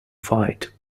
fight